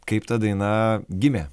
kaip ta daina gimė